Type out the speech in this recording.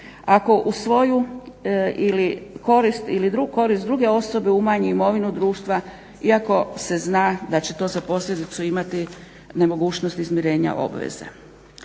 korist ili korist druge osobe umanji imovinu društva iako se zna da će to za posljedicu imati nemogućnost izmirenja obveze.